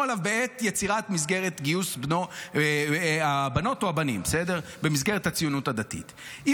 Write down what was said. עליהן בעת יצירת מסגרת גיוס הבנות או הבנים במסגרת הציונות הדתית,